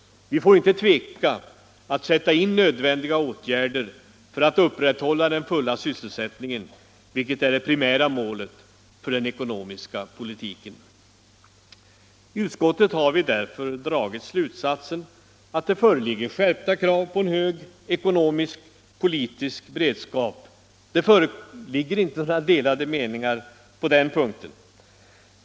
Vi får inte tveka att sätta in nödvändiga åtgärder för att upprätthålla den fulla sysselsättningen, vilket är det primära målet för den ekonomiska politiken. I utskottet har vi därför dragit slutsatsen att det föreligger skärpta krav på en hög ekonomisk-politisk beredskap. Det råder inte några delade meningar på den punkten.